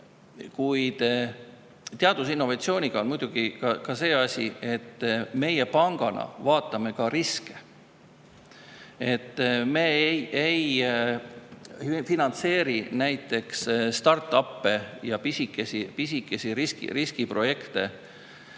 Kuid teadusinnovatsiooniga on muidugi see asi, et meie pangana vaatame ka riske. Me ei finantseeri näiteksstart-up'e ja pisikesi riskiprojekte.